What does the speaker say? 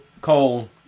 cole